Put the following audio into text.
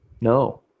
No